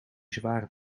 zware